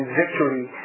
victory